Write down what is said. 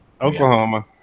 Oklahoma